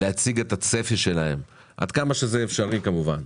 להציג את הצפי שלהם, עד כמה שזה אפשרי כמובן,